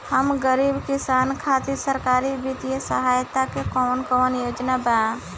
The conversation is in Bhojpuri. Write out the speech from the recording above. हम गरीब किसान खातिर सरकारी बितिय सहायता के कवन कवन योजना बा?